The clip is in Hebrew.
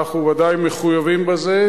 אנחנו ודאי מחויבים בזה.